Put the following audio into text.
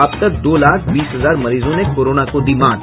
अब तक दो लाख बीस हजार मरीजों ने कोरोना को दी मात